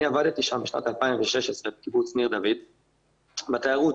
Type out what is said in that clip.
אני עבדתי בקיבוץ ניר דוד בשנת 2016 בתיירות,